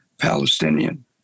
Palestinian